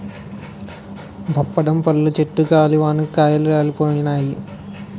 బప్పడం పళ్ళు చెట్టు గాలివానకు కాయలు రాలిపోయినాయి